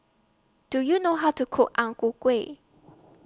Do YOU know How to Cook Ang Ku Kueh